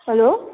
hello